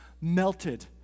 melted